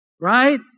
Right